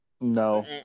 No